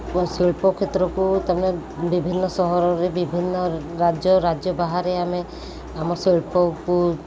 ଓ ଶିଳ୍ପ କ୍ଷେତ୍ରକୁ ତା'ମାନେ ବିଭିନ୍ନ ସହରରେ ବିଭିନ୍ନ ରାଜ୍ୟ ରାଜ୍ୟ ବାହାରେ ଆମେ ଆମ ଶିଳ୍ପକୁ